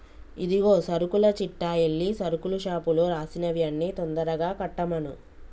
ఇదిగో సరుకుల చిట్టా ఎల్లి సరుకుల షాపులో రాసినవి అన్ని తొందరగా కట్టమను